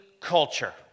culture